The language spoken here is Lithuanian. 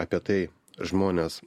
apie tai žmonės